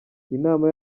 inama